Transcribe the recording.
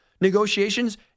negotiations